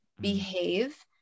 behave